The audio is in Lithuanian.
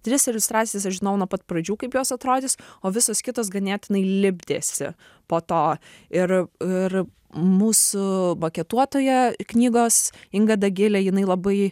tris iliustracijas aš žinou nuo pat pradžių kaip jos atrodys o visos kitos ganėtinai lipdėsi po to ir ir mūsų maketuotoja knygos inga dagilė jinai labai